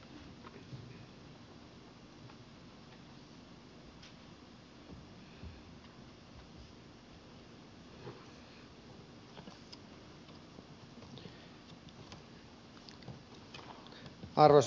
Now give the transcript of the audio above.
arvoisa puhemies